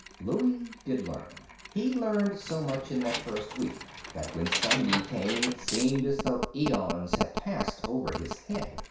louie did learn. he learned so much in that first week that when sunday came it seemed as though aeons had passed over his head.